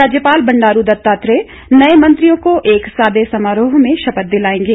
राज्यपाल बंडारू दत्तात्रेय नए मंत्रियों को एक सादे समारोह में शपथ दिलाएंगे